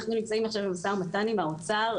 אנחנו נמצאים עכשיו במשא ומתן עם האוצר.